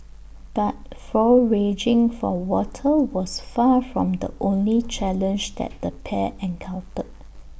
but foraging for water was far from the only challenge that the pair encountered